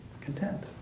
content